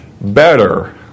Better